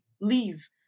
leave